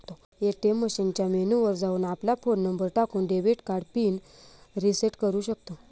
ATM मशीनच्या menu वर जाऊन, आपला फोन नंबर टाकून, डेबिट कार्ड पिन रिसेट करू शकतो